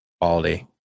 quality